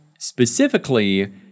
Specifically